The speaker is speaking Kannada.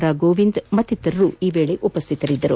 ರಾ ಗೋವಿಂದ್ ಮತ್ತಿತರರು ಈ ವೇಳೆ ಉಪ್ಯಾತರಿದ್ದರು